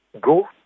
Go